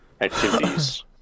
activities